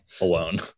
alone